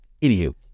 Anywho